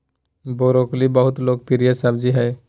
broccoli बहुत लोकप्रिय सब्जी हइ